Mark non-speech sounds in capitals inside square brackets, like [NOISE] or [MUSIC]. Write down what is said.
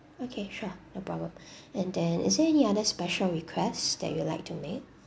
okay sure no problem [BREATH] and then is there any other special requests that you'd like to make